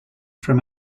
from